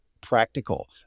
practical